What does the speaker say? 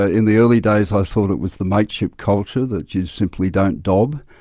ah in the early days i thought it was the mateship culture, that you simply don't dob.